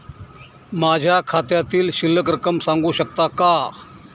माझ्या खात्यातील शिल्लक रक्कम सांगू शकता का?